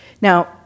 Now